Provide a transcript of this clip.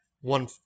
one